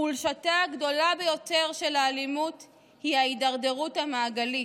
חולשתה הגדולה ביותר של האלימות היא ההידרדרות המעגלית,